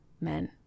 men